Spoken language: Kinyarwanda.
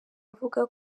avuga